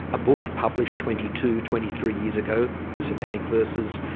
a book published twenty two, twenty three years ago, the satanic verses,